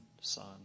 Son